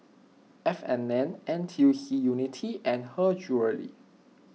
F and N N T U C Unity and Her Jewellery